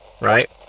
right